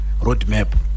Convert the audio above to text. roadmap